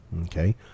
Okay